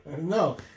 No